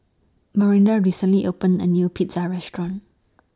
Myranda recently opened A New Pizza Restaurant